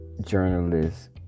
journalist